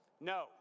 No